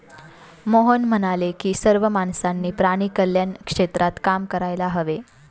मोहन म्हणाले की सर्व माणसांनी प्राणी कल्याण क्षेत्रात काम करायला हवे